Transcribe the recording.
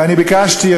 ואני ביקשתי,